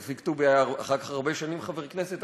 תופיק טובי היה אחר כך הרבה שנים חבר כנסת,